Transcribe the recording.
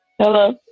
Hello